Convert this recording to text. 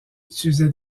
utilisait